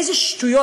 איזה שטויות,